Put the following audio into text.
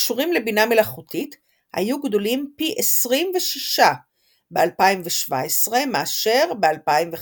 הקשורים לבינה מלאכותית היו גדולים פי 26 ב-2017 מאשר ב-2015.